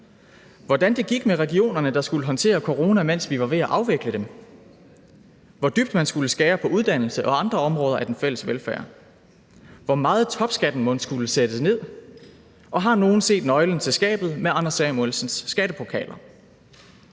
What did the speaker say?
hvordan det gik med regionerne, der skulle håndtere corona, mens vi var ved at afvikle dem; hvor dybt man skulle skære på uddannelse og andre områder af den fælles velfærd; hvor meget topskatten mon skulle sættes ned. Og har nogen set nøglen til skabet med Anders Samuelsens skattepokaler?